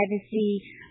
privacy